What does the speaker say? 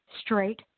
straight